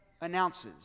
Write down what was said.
announces